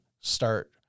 start